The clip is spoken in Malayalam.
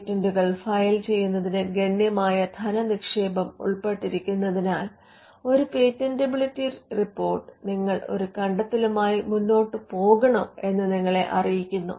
പേറ്റന്റുകൾ ഫയൽ ചെയ്യുന്നതിന് ഗണ്യമായ ധനനിക്ഷേപം ഉൾപ്പെട്ടിരിക്കുന്നതിനാൽ ഒരു പേറ്റന്റബിലിറ്റി റിപ്പോർട്ട് നിങ്ങൾ ഒരു കണ്ടെത്തലുമായി മുന്നോട്ട് പോകണോ എന്ന് നിങ്ങളെ അറിയിക്കുന്നു